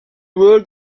world